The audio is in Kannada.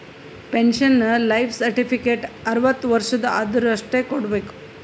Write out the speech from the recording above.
ಪೆನ್ಶನ್ ಲೈಫ್ ಸರ್ಟಿಫಿಕೇಟ್ ಅರ್ವತ್ ವರ್ಷ ಆದ್ವರು ಅಷ್ಟೇ ಕೊಡ್ಬೇಕ